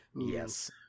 Yes